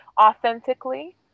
authentically